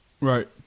Right